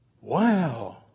Wow